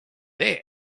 there